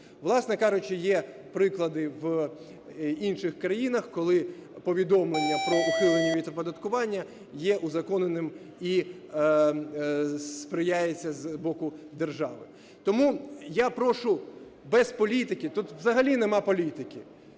кажучи, є приклади в інших країнах, коли повідомлення про ухилення від оподаткування є узаконеним і сприяє це з боку держави. Тому я прошу без політики, тут взагалі немає політики,